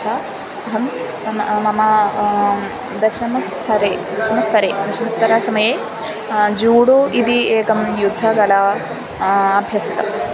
च अहं मम दशमस्तरे दशमस्तरे दशमस्तरसमये जूडो इति एकां युद्धकलाम् अभ्यसितम्